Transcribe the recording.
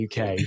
UK